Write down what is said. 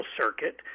circuit